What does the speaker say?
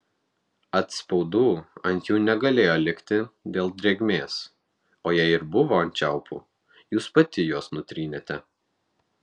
atspaudų ant jų negalėjo likti dėl drėgmės o jei ir buvo ant čiaupų jūs pati juos nutrynėte